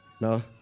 No